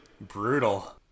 Brutal